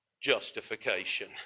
justification